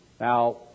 Now